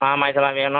ஆமாம் இதெல்லாம் வேணும்